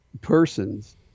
persons